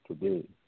today